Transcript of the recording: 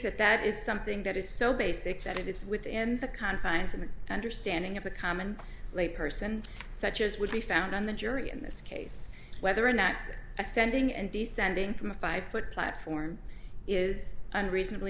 that that is something that is so basic that it's within the confines of an understanding of a common lay person such as would be found on the jury in this case whether an actor ascending and descending from a five foot platform is unreasonably